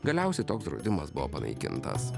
galiausiai toks draudimas buvo panaikintas